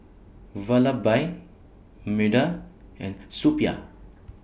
Vallabhbai Medha and Suppiah